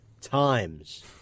times